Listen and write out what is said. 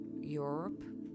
Europe